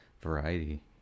variety